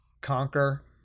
conquer